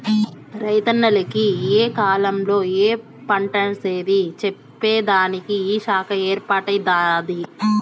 రైతన్నల కి ఏ కాలంలో ఏ పంటేసేది చెప్పేదానికి ఈ శాఖ ఏర్పాటై దాది